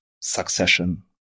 succession